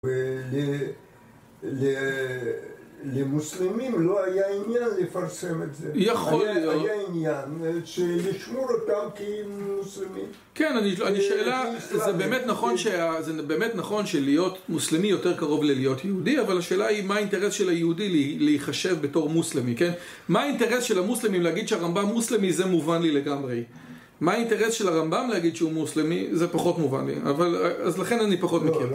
למוסלמים לא היה עניין לפרסם את זה. יכול להיות. היה עניין לשמור אותם כמוסלמים כן, אני, שאלה, זה באמת נכון שלהיות מוסלמי יותר קרוב ללהיות יהודי אבל השאלה היא מה האינטרס של היהודי להיחשב בתור מוסלמי כן. מה האינטרס של המוסלמים להגיד שהרמב״ם מוסלמי זה מובן לי לגמרי מה האינטרס של הרמב״ם להגיד שהוא מוסלמי זה פחות מובן לי ולכן אני פחות מכיר